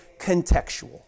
contextual